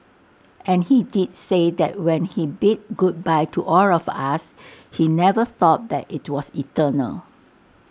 and he did say that when he bid goodbye to all of us he never thought that IT was eternal